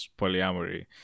polyamory